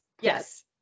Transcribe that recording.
Yes